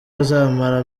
azamara